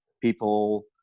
people